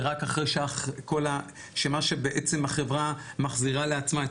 ורק אחרי שמה שבעצם החברה מחזירה לעצמה,